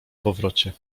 powrocie